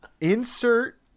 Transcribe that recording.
insert